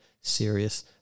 serious